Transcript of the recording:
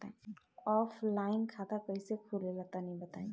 Offline खाता कइसे खुलेला तनि बताईं?